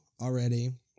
already